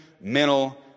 mental